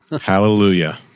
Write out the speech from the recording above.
Hallelujah